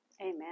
Amen